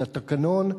לתקנון.